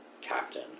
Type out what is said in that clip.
captain